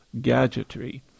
gadgetry